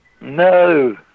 No